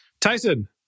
Tyson